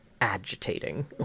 agitating